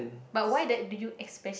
but why the do you